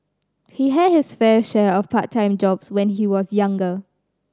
he had his fair share of part time jobs when he was younger